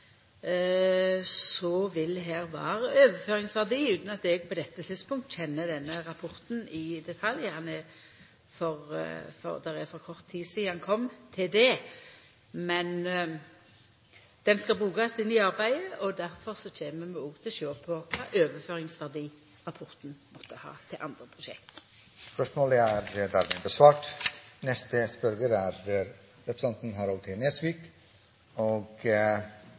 vil det her vera overføringsverdi, utan at eg på dette tidspunktet kjenner denne rapporten i detalj, for det er for kort sidan han kom til det. Men han skal brukast i arbeidet, og difor kjem vi òg til å sjå på kva overføringsverdi rapporten måtte ha til andre prosjekt. Jeg vil stille helse- og omsorgsministeren følgende spørsmål: «Styret i Helse Møre og